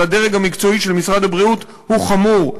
הדרג המקצועי של משרד הבריאות הוא חמור,